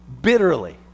bitterly